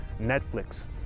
Netflix